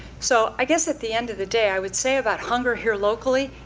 so i guess at the end of the day, i would say about hunger here locally,